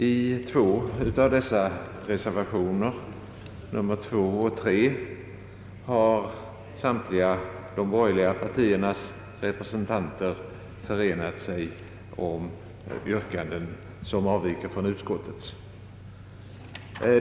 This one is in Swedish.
I två av dessa reservationer — nr 2 och nr 3 — har samtliga de borgerliga partiernas representanter enat sig om yrkanden som avviker från utskottets.